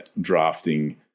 drafting